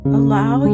allow